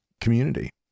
community